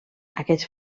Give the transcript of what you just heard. aquests